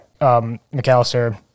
McAllister